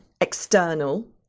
external